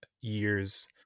years